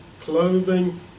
clothing